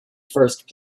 first